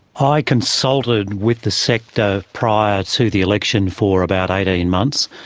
i consulted with the sector prior to the election for about eighteen months,